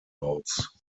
aus